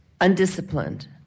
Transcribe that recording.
undisciplined